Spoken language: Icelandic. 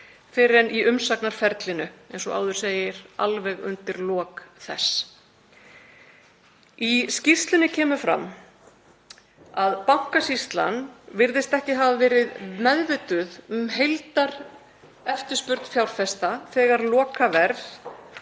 fyrr en í umsagnarferlinu, eins og áður segir, alveg undir lok þess. Í skýrslunni kemur fram að Bankasýslan virðist ekki hafa verið meðvituð um heildareftirspurn fjárfesta þegar lokaverð,